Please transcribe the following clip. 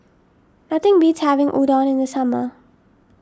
nothing beats having Udon in the summer